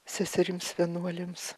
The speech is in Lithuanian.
seserims vienuolėms